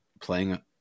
playing